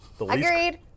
Agreed